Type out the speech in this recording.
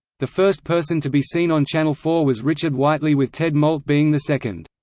the first person to be seen on channel four was richard whiteley with ted moult being the second.